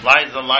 Liza